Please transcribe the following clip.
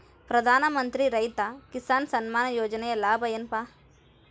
ಪ್ರಧಾನಮಂತ್ರಿ ರೈತ ಕಿಸಾನ್ ಸಮ್ಮಾನ ಯೋಜನೆಯ ಲಾಭ ಏನಪಾ?